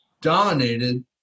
dominated